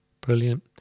Brilliant